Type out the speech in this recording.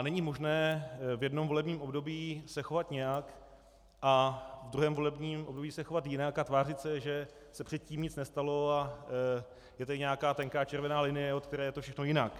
Není možné se v jednom volebním období chovat nějak a v druhém volebním období se chovat jinak a tvářit se, že se předtím nic nestalo a je tady nějaká tenká červená linie, od které je to všechno jinak.